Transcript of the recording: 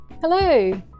Hello